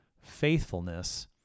faithfulness